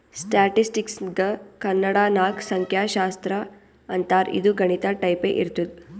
ಸ್ಟ್ಯಾಟಿಸ್ಟಿಕ್ಸ್ಗ ಕನ್ನಡ ನಾಗ್ ಸಂಖ್ಯಾಶಾಸ್ತ್ರ ಅಂತಾರ್ ಇದು ಗಣಿತ ಟೈಪೆ ಇರ್ತುದ್